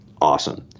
awesome